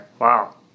Wow